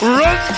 run